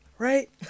Right